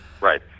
Right